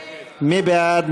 מי בעד?